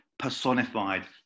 personified